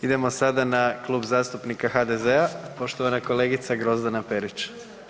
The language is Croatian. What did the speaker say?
Idemo sada na Klub zastupnika HDZ-a, poštovana kolegica Grozdana Perić.